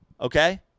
Okay